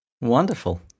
wonderful